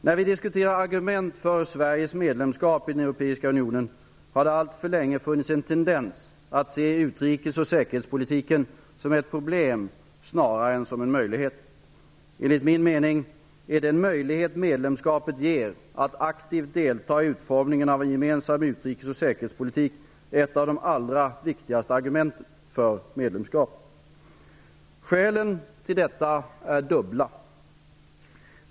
När vi diskuterar argument för Sveriges medlemskap i den europeiska unionen har det alltför länge funnits en tendens att se utrikes och säkerhetspolitiken som ett problem snarare än som en möjlighet. Enligt min mening är den möjlighet medlemskapet ger att aktivt delta i utformningen av en gemensam utrikes och säkerhetspolitik ett av de allra viktigaste argumenten för ett medlemskap. Skälen till detta är dubbla.